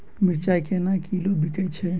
मिर्चा केना किलो बिकइ छैय?